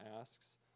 asks